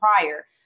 prior